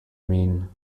mean